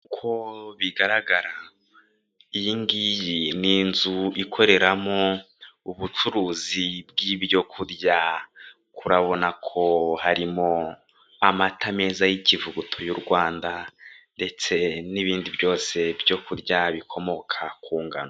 Uko bigaragara iyi ngiyi ni inzu ikoreramo ubucuruzi bw'ibyo kurya, kuko urabona ko harimo amata meza y'ikivuguto y'u Rwanda ndetse n'ibindi byose byo kurya bikomoka ku ngano.